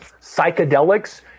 psychedelics